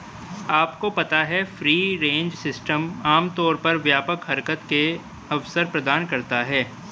आपको पता है फ्री रेंज सिस्टम आमतौर पर व्यापक हरकत के अवसर प्रदान करते हैं?